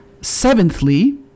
Seventhly